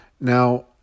Now